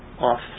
off